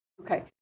okay